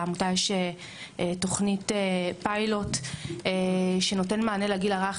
לעמותה יש תוכנית פיילוט שנותנת מענה לגיל הרך,